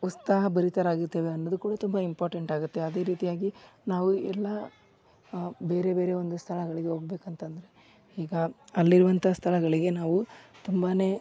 ಉತ್ಸಾಹಭರಿತರಾಗಿರ್ತೆವೆ ಅನ್ನೋದು ಕೂಡ ತುಂಬಾ ಇಂಪಾರ್ಟೆಂಟ್ ಆಗುತ್ತೆ ಅದೇ ರೀತಿಯಾಗಿ ನಾವು ಇರ್ಲಾ ಬೇರೆ ಬೇರೆ ಒಂದು ಸ್ಥಳಗಳಿಗೆ ಹೋಗ್ಬೇಕು ಅಂತಂದರೆ ಈಗ ಅಲ್ಲಿರುವಂತಹ ಸ್ಥಳಗಳಿಗೆ ನಾವು ತುಂಬಾನೇ